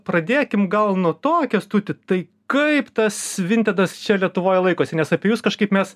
pradėkim gal nuo to kęstuti tai kaip tas vientedas čia lietuvoj laikosi nes apie jus kažkaip mes